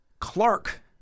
Clark